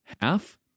half